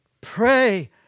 pray